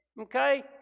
Okay